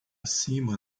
cima